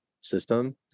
system